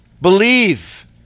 believe